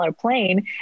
plane